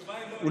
התשובה היא: לא.